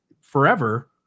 forever